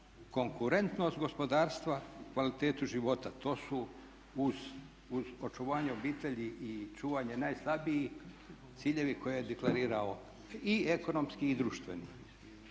konkurentnost gospodarstva, kvalitetu života to su uz očuvanje obitelji i čuvanje najslabijih ciljevi koje je deklarirao i ekonomski i društveni.